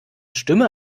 stimme